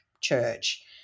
church